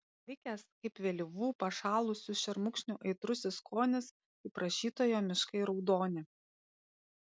likęs kaip vėlyvų pašalusių šermukšnių aitrusis skonis kaip rašytojo miškai raudoni